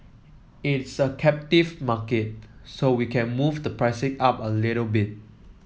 it's a captive market so we can move the pricing up a little bit